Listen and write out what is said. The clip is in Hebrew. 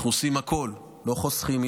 אנחנו עושים הכול, לא חוסכים.